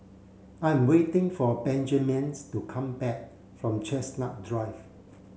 I'm waiting for Benjaman's to come back from Chestnut Drive